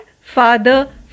Father